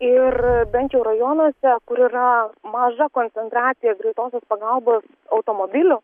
ir bent jau rajonuose kur yra maža koncentracija greitosios pagalbos automobilių